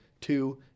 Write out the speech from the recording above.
two